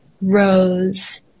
rose